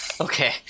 Okay